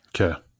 Okay